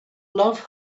love